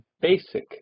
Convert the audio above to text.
basic